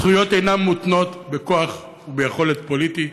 זכויות אינן מותנות בכוח וביכולת פוליטית,